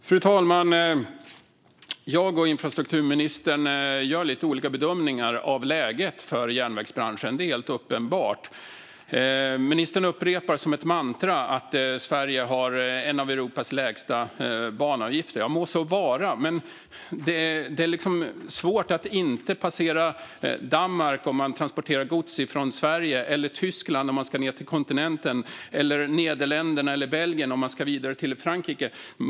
Fru talman! Jag och infrastrukturministern gör lite olika bedömningar av läget för järnvägsbranschen. Det är helt uppenbart. Ministern upprepar som ett mantra att Sverige har bland Europas lägsta banavgifter. Ja, det må så vara, men det är liksom svårt att inte passera Danmark eller Tyskland om man transporterar gods från Sverige ned till kontinenten - eller Nederländerna eller Belgien om man ska vidare till Frankrike.